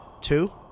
Two